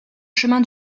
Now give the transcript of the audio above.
chemin